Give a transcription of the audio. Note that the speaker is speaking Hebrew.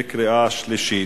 בקריאה שלישית.